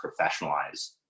professionalize